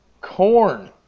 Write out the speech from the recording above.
Corn